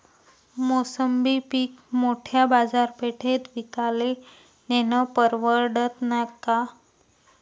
मोसंबी पीक मोठ्या बाजारपेठेत विकाले नेनं परवडन का?